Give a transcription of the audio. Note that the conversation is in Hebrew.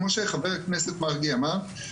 כמו שחבר הכנסת מרגי אמר,